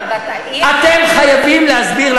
אתם חייבים להסביר,